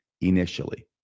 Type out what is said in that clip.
initially